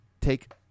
Take